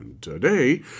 Today